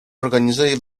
organizuje